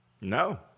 No